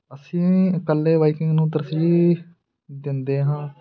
ਅਸੀਂ ਇਕੱਲੇ ਬਾਈਕਿੰਗ ਨੂੰ ਤਰਜੀਹ ਦਿੰਦੇ ਹਾਂ